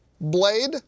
Blade